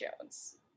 Jones